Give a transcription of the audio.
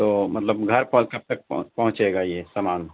تو مطلب گھر پر کب تک پہنچے گا یہ سامان